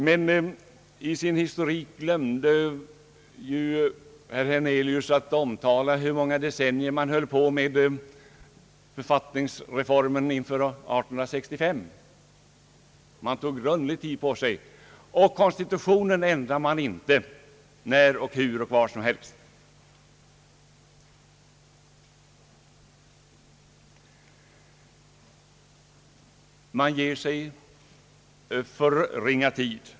Men i sin historik glömde herr Hernelius att tala om hur många decennier man höll på med författningsreformen inför 1865. Man tog grundlig tid på sig, och konstitutionen ändrar man inte när och hur och var som helst. Man ger sig för ringa tid.